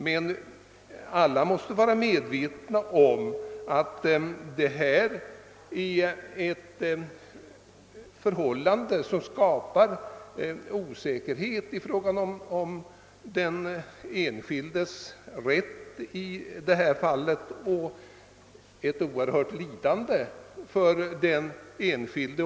Men alla måste vara medvetna om att det rör sig om ett förhållande som skapar osäkerhet i fråga om den enskildes rätt och att det kan innebära ett oerhört lidande för vederbörande.